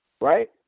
right